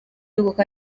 z’igihugu